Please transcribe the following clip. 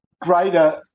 greater